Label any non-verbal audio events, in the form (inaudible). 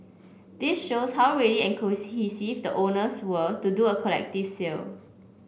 this shows how ready and (unintelligible) the owners were to do a collective sale